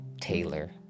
Taylor